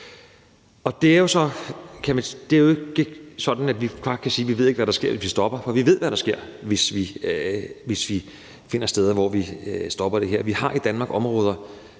Det er jo ikke sådan, at vi bare kan sige, at vi ikke ved, hvad der sker, hvis vi stopper, for vi ved, hvad der sker, hvis vi stopper det her. Vi har i Danmark områder,